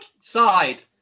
side